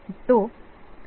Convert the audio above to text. तो जो टाइम बीता है